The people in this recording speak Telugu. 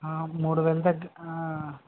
మూడు వేలు తగ్గి